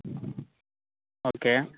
okay